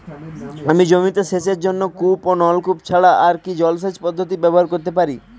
আমি জমিতে সেচের জন্য কূপ ও নলকূপ ছাড়া আর কি জলসেচ পদ্ধতি ব্যবহার করতে পারি?